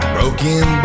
Broken